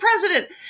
president